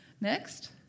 Next